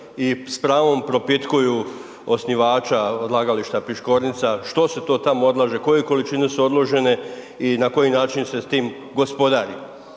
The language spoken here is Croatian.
i s pravom propitkuju osnivača odlagališta Piškornica što se to tamo odlaže, koje količine su odložene i na koji način se s tim gospodarim.